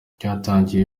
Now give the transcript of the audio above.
cyatangiye